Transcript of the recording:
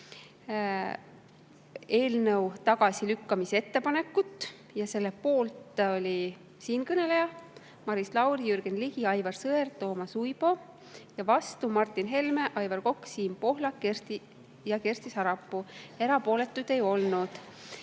eelnõu tagasilükkamise ettepanekut, selle poolt olid siinkõneleja, Maris Lauri, Jürgen Ligi, Aivar Sõerd, Toomas Uibo ning vastu olid Martin Helme, Aivar Kokk, Siim Pohlak ja Kersti Sarapuu, erapooletuid ei olnud.